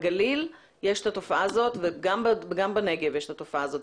בגליל יש את התופעה הזאת וגם בנגב יש את התופעה הזאת.